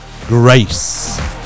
grace